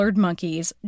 monkeys